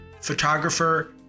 photographer